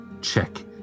check